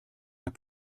are